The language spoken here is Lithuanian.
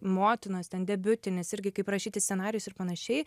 motinos ten debiutinis irgi kaip rašyti scenarijus ir panašiai